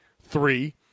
three